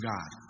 God